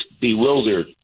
bewildered